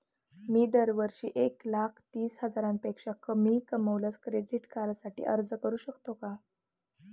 मी दरवर्षी एक लाख तीस हजारापेक्षा कमी कमावल्यास क्रेडिट कार्डसाठी अर्ज करू शकतो का?